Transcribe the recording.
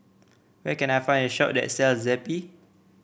where can I find a shop that sells Zappy